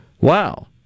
Wow